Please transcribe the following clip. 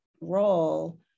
role